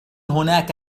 هناك